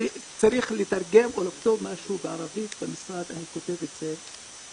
כשצריך לתרגם או לכתוב בערבית משהו במשרד אני כותב את זה,